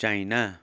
China